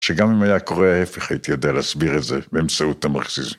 שגם אם היה קורא ההפך הייתי יודע להסביר את זה באמצעות המרקסיזם.